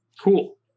cool